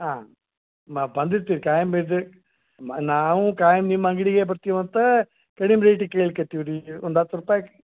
ಹಾಂ ನಾವು ಬಂದಿದ್ದು ರೀ ಖಾಯಂ ರೇಟಿಗೆ ಮ ನಾವು ಖಾಯಂ ನಿಮ್ಮ ಅಂಗಡಿಗೆ ಬರ್ತೀವಿ ಅಂತ ಕಡಿಮೆ ರೇಟಿಗೆ ಕೇಳ್ಕತ್ತೀವಿ ರೀ ಒಂದು ಹತ್ತು ರೂಪಾಯಿ